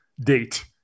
date